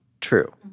true